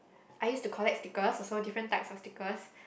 I used to collect stickers also different type of stickers